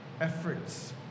efforts